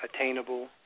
attainable